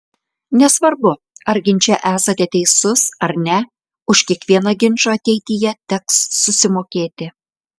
nesvarbu ar ginče esate teisus ar ne už kiekvieną ginčą ateityje teks susimokėti